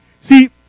See